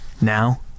now